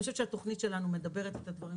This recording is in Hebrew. אני חושבת שהתוכנית שלנו מדברת את הדברים